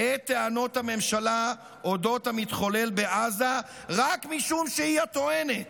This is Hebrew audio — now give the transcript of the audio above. את טענות הממשלה על אודות המתחולל בעזה רק משום שהיא הטוענת.